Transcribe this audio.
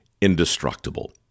indestructible